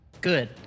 Good